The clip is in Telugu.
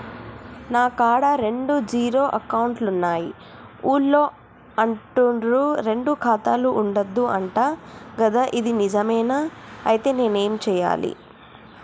నా కాడా రెండు జీరో అకౌంట్లున్నాయి ఊళ్ళో అంటుర్రు రెండు ఖాతాలు ఉండద్దు అంట గదా ఇది నిజమేనా? ఐతే నేనేం చేయాలే?